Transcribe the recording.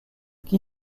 qui